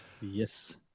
Yes